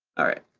all right.